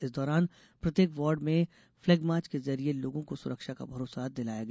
इस दौरान प्रत्येक वार्ड में फ्लैग मार्च के जरिये लोगो को सुरक्षा का भरोसा दिलाया गया